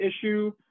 issue